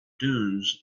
dunes